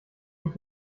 ich